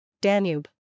Danube